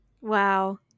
Wow